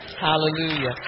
Hallelujah